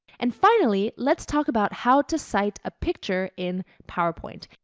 and finally let's talk about how to cite a picture in powerpoint.